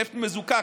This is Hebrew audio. נפט מזוקק,